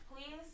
Please